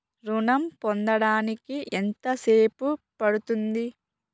ఋణం పొందడానికి ఎంత సేపు పడ్తుంది?